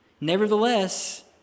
Nevertheless